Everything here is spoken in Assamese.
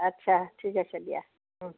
আচ্ছা ঠিক আছে দিয়া